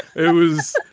it was.